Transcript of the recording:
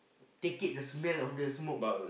take it the smell of the smoke